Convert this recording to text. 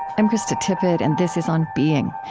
i'm krista tippett, and this is on being.